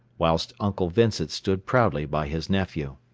whilst uncle vincent stood proudly by his nephew.